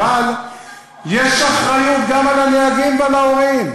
אבל יש אחריות המוטלת גם על הנהגים ועל ההורים.